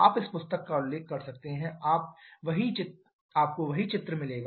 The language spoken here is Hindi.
आप इस पुस्तक का उल्लेख कर सकते हैं आप वहीं चित्र मिलेगा